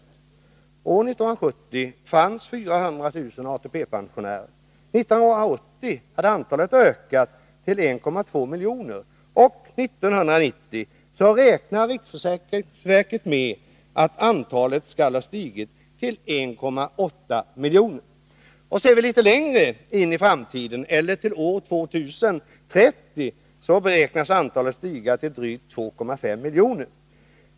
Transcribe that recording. År 1970 fanns 400000 ATP-pensionärer, 1980 hade antalet ökat till 1,2 miljoner, och 1990 räknar riksförsäkringsverket med att antalet skall ha stigit till 1,8 miljoner. Ser vi litet längre in i framtiden eller till år 2030 beräknas antalet stiga till drygt 2,5 miljoner.